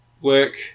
work